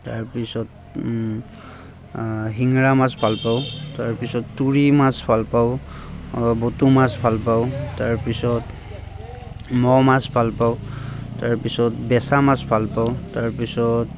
তাৰপিছত শিঙৰা মাছ ভাল পাওঁ তাৰপিছত তুৰি মাছ ভাল পাওঁ বটো মাছ ভাল পাওঁ তাৰপিছত মোৱা মাছ ভাল পাওঁ তাৰপিছত বেছা মাছ ভাল পাওঁ তাৰপিছত